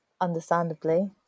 understandably